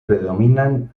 predominan